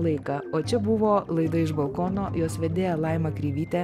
laiką o čia buvo laida iš balkono jos vedėja laima kreivytė